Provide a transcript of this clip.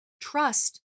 trust